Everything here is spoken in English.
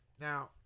Now